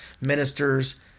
ministers